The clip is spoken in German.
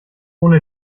ohne